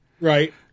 right